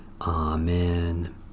Amen